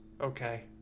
Okay